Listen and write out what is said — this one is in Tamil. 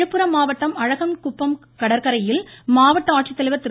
விழுப்புரம் மாவட்டம் அழகன்குப்பம் கடற்கரையில் மாவட்ட ஆட்சித்தலைவர் திரு